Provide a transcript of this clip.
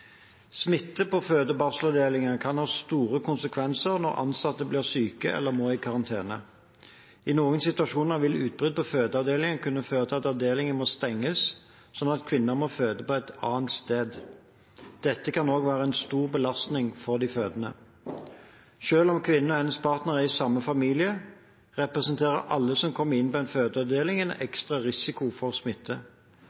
på føde- og barselavdelinger kan ha store konsekvenser når ansatte blir syke eller må i karantene. I noen situasjoner vil utbrudd på fødeavdelinger kunne føre til at avdelingen må stenges, sånn at kvinner må føde et annet sted. Dette kan også være en stor belastning for de fødende. Selv om kvinnen og hennes partner er i samme familie, representerer alle som kommer inn på en fødeavdeling, en